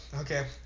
okay